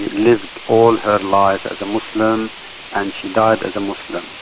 lived all her life as a muslim and she died as a muslim,